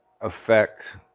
affect